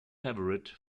favorite